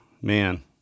Man